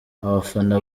abafana